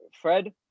Fred